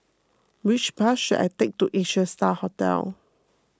which bus should I take to Asia Star Hotel